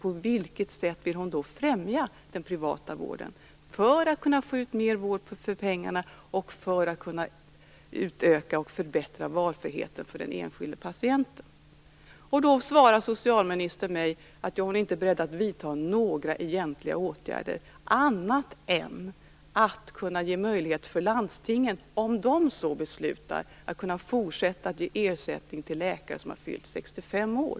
Jag frågade på vilket sätt hon då vill främja den privata vården - för att få ut mer vård för pengarna och för att kunna utöka och förbättra valfriheten för den enskilde patienten. Socialministern svarar mig att hon inte är beredd att vidta några egentliga åtgärder, annat än att ge möjlighet för landstingen, om de så beslutar, att fortsätta att ge ersättning till läkare som har fyllt 65 år.